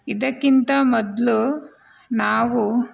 ಇದಕ್ಕಿಂತ ಮೊದಲು ನಾವು